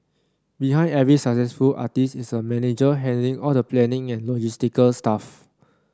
behind every successful artist is a manager handling all the planning and logistical stuff